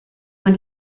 when